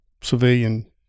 civilian